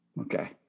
okay